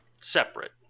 separate